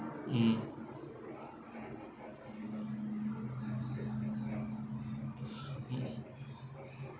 mm mm